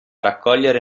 raccogliere